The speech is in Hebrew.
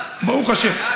ברוך השם.